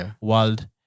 world